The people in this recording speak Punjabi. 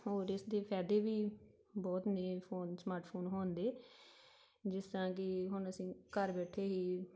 ਹੋਰ ਇਸਦੇ ਫਾਇਦੇ ਵੀ ਬਹੁਤ ਨੇ ਫੋਨ ਸਮਾਰਟ ਫੋਨ ਹੋਣ ਦੇ ਜਿਸ ਤਰ੍ਹਾਂ ਕਿ ਹੁਣ ਅਸੀਂ ਘਰ ਬੈਠੇ ਹੀ